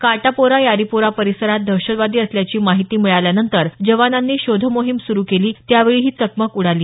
काटापोरा यारीपोरा परिसरात दहशतवादी असल्याची माहिती मिळाल्यानंतर जवानांनी शोधमोहीम सुरु केली त्यावेळी ही चकमक उडाली